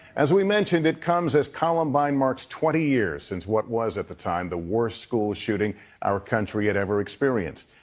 as we mentioned, it comes as columbine marks twenty years since what was at the time the worst school shooting our country had ever experienced.